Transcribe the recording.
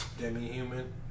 Demi-Human